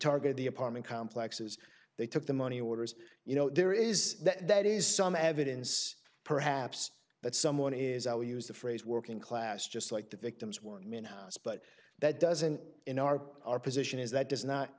targeted the apartment complex's they took the money orders you know there is that is some evidence perhaps that someone is all use the phrase working class just like the victims one man house but that doesn't in our our position is that does not